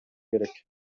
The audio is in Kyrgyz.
керек